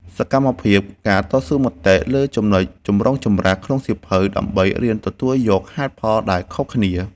សកម្មភាព ការតស៊ូមតិ លើចំណុចចម្រូងចម្រាសក្នុងសៀវភៅ ដើម្បីរៀនទទួលយកហេតុផលដែលខុសគ្នា។